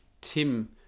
Tim